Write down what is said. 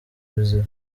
biziba